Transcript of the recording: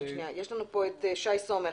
שי סומך.